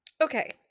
okay